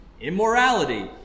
immorality